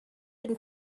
been